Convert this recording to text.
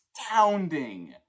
astounding